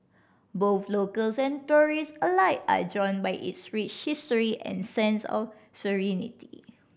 both locals and tourists alike are drawn by its rich history and sense of serenity